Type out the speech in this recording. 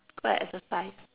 go and exercise